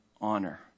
honor